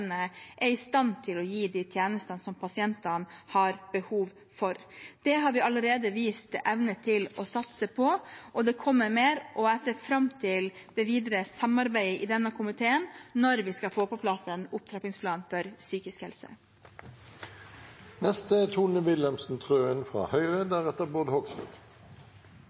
er i stand til å gi de tjenestene som pasientene har behov for. Det har vi allerede vist evne til å satse på, og det kommer mer. Jeg ser fram til det videre samarbeidet i denne komiteen når vi skal få på plass en opptrappingsplan for psykisk